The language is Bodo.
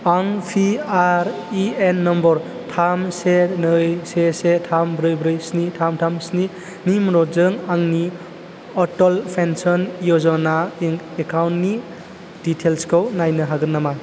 आं पिआरएएन नम्बर थाम से नै से से थाम ब्रै ब्रै सिनि थाम थाम स्नि नि मददजों आंनि अटल पेन्सन य'जना एकाउन्टनि डिटेइल्सखौ नायनो हागोन नामा